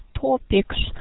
topics